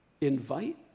invite